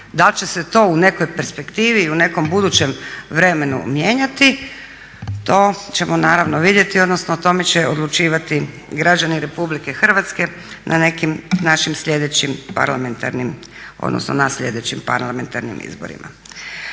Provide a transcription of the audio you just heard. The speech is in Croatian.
da li će se to u nekoj perspektivi i u nekom budućem vremenu mijenjati to ćemo naravno vidjeti, odnosno o tome će odlučivati građani Republike Hrvatske na nekim našim sljedećim parlamentarnim, odnosno na sljedećim parlamentarnim izborima.